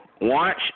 Watch